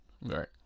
Right